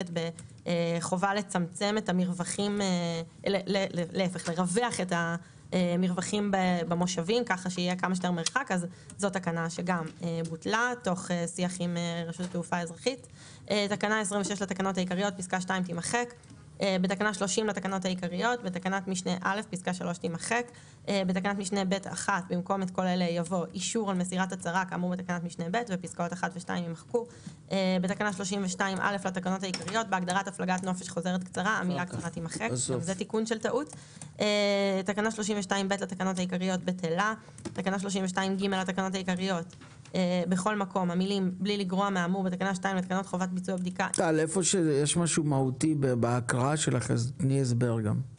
תיקון תקנה 5 3. בתקנה 5 לתקנות העיקריות,